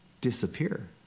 disappear